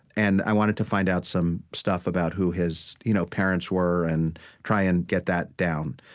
and i wanted to find out some stuff about who his you know parents were, and try and get that down.